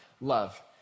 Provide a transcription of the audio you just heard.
Love